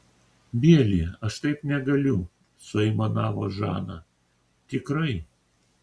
bieli aš taip negaliu suaimanavo žana tikrai